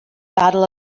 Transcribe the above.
battle